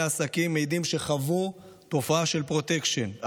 העסקים מעידים שחוו תופעה של פרוטקשן,